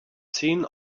seen